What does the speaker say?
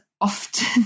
often